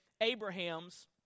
Abraham's